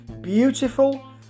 beautiful